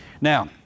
Now